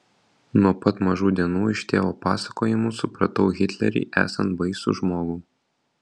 nuo pat mažų dienų iš tėvo pasakojimų supratau hitlerį esant baisų žmogų